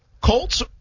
Colts